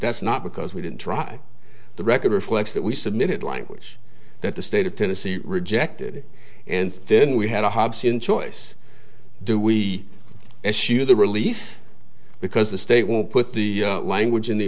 that's not because we didn't try the record reflects that we submitted language that the state of tennessee rejected and then we had a hard choice do we issue the release because the state won't put the language in the